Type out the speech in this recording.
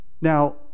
Now